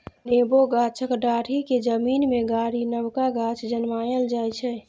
नेबो गाछक डांढ़ि केँ जमीन मे गारि नबका गाछ जनमाएल जाइ छै